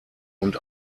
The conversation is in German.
und